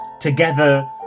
together